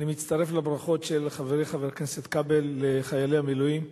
אני מצטרף לברכות של חברי חבר הכנסת כבל לחיילי המילואים,